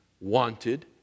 wanted